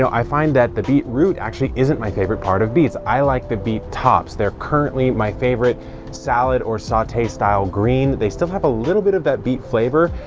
so i find that the beet root actually isn't my favorite part of beets. i like the beet tops. they're currently my favorite salad or saute style green. they still have a little bit of that beet flavor,